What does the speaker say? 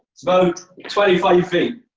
it's about twenty five feet.